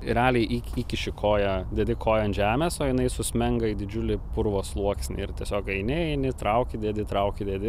realiai į įkiši koją dedi koją ant žemės o jinai susmenga į didžiulį purvo sluoksnį ir tiesiog eini eini trauki dedi trauki dedi